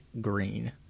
green